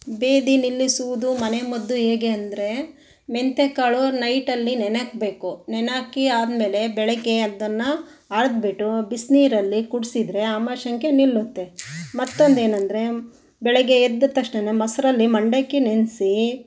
ಭೇದಿ ನಿಲ್ಲಿಸುವುದು ಮನೆ ಮದ್ದು ಹೇಗೆ ಅಂದರೆ ಮೆಂತ್ಯ ಕಾಳು ನೈಟಲ್ಲಿ ನೆನೆಹಾಕ್ಬೇಕು ನೆನೆಹಾಕಿ ಆದ್ಮೇಲೆ ಬೆಳಗ್ಗೆ ಅದನ್ನು ಅಳೆದ್ಬಿಟ್ಟು ಬಿಸಿನೀರಲ್ಲಿ ಕುಡಿಸಿದರೆ ಆಮಶಂಕೆ ನಿಲ್ಲುತ್ತೆ ಮತ್ತೊಂದು ಏನಂದರೆ ಬೆಳಗ್ಗೆ ಎದ್ದ ತಕ್ಷಣ ಮೊಸರಲ್ಲಿ ಮಂಡಕ್ಕಿ ನೆನೆಸಿ